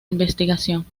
investigación